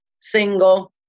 single